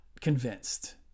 convinced